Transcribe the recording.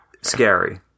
scary